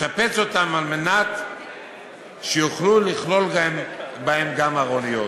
לשפץ אותם כדי שיוכלו לכלול בהם גם ארוניות.